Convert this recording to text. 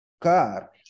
Car